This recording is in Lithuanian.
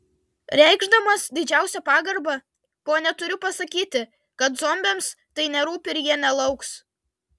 reikšdamas didžiausią pagarbą ponia turiu pasakyti kad zombiams tai nerūpi ir jie nelauks